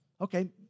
Okay